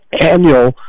annual